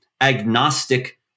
agnostic